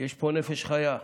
יש פה נפש חיה.